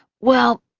well,